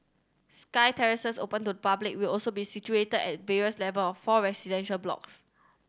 sky terraces open to the public will also be situated at the various level of four residential blocks